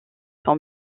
sont